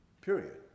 Period